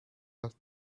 was